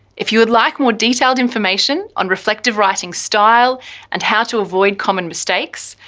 if you would like more detailed information on reflective writing style and how to avoid common mistakes,